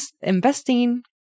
investing